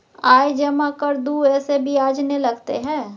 आय जमा कर दू ऐसे ब्याज ने लगतै है?